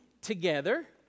together